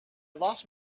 lost